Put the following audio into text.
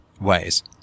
ways